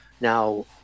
Now